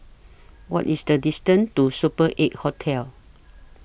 What IS The distance to Super eight Hotel